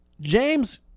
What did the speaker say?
James